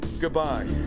Goodbye